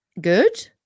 Good